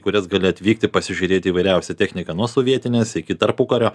kurias gali atvykti pasižiūrėti įvairiausią techniką nuo sovietinės iki tarpukario